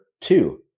two